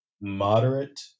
moderate